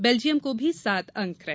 Belgium के भी सात अंक रहे